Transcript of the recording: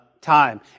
time